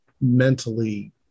mentally